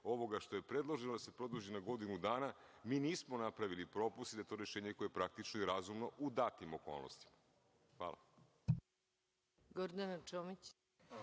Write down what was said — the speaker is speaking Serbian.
ovoga što je predloženo da se produži na godinu dana, mi nismo napravili propust, jer je to rešenje koje je praktično i razumno u datim okolnostima. Hvala.